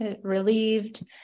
relieved